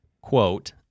quote